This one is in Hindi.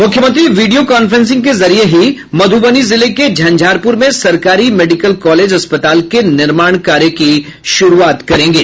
मुख्यमंत्री वीडियो कांफ्रेंसिंग के जरिये ही मधुबनी जिले के झंझारपुर में सरकारी मेडिकल कालेज अस्पताल के निर्माण कार्य की शुरुआत करेंगे